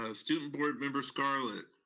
ah student board member scarlett.